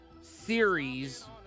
series